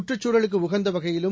சுற்றுச்சூழலுக்கு உகந்த வகையிலும்